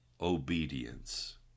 obedience